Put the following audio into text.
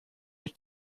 ist